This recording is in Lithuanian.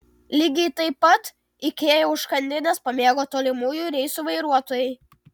lygiai taip pat ikea užkandines pamėgo tolimųjų reisų vairuotojai